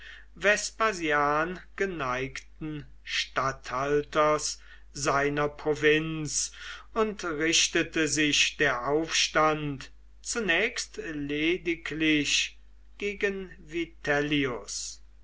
vespasian geneigten statthalters seiner provinz und richtete sich der aufstand zunächst lediglich gegen